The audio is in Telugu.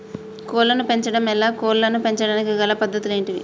కోళ్లను పెంచడం ఎలా, కోళ్లను పెంచడానికి గల పద్ధతులు ఏంటివి?